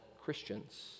Christians